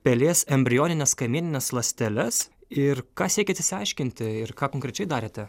pelės embrionines kamienines ląsteles ir ką siekėt išsiaiškinti ir ką konkrečiai darėte